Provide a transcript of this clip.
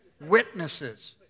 Witnesses